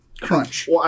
Crunch